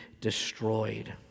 destroyed